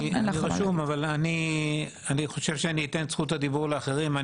אני רשום אבל אני חושב שאני אתן את זכות הדיבור לאחרים.